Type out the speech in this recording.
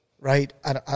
right